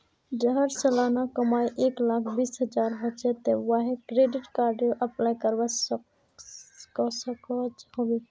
जहार सालाना कमाई एक लाख बीस हजार होचे ते वाहें क्रेडिट कार्डेर अप्लाई करवा सकोहो होबे?